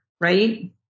right